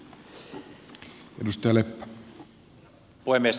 herra puhemies